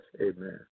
amen